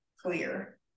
clear